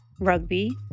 rugby